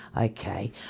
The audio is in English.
Okay